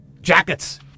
jackets